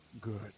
good